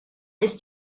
ist